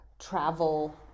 travel